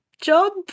job